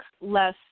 less